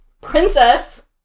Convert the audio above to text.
Princess